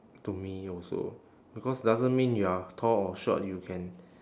to me also because doesn't mean you are tall or short you can